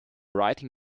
writing